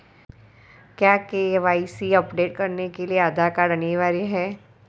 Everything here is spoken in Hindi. क्या के.वाई.सी अपडेट करने के लिए आधार कार्ड अनिवार्य है?